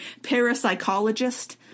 parapsychologist